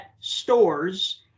stores